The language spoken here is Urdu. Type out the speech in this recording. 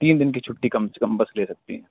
تین دِن کی چُھٹی کم سے کم بس لے سکتی ہیں